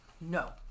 no